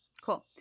Cool